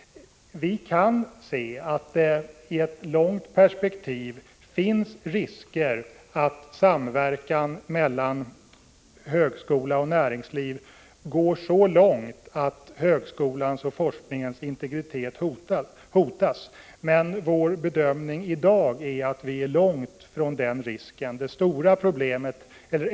Vi kan se att det i ett framtidsperspektiv kan finnas risker för att samverkan mellan högskola och näringsliv går så långt att högskolans och forskningens integritet hotas. Men vår bedömning i dag är att den risken är avlägsen.